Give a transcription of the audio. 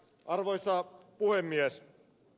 arvoisa puhemies